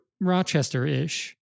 Rochester-ish